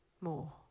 more